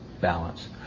balance